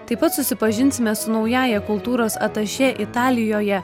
taip pat susipažinsime su naująja kultūros atašė italijoje